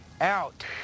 Out